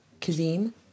Kazim